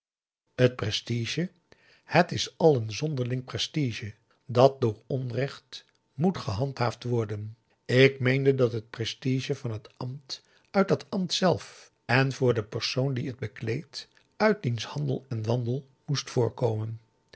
t prestige het is al een zonderling prestige dat door p a daum de van der lindens c s onder ps maurits onrecht moet gehandhaafd worden ik meende dat het prestige van het ambt uit dat ambt zelf en voor den persoon die het bekleedt uit diens handel en wandel moest voortkomen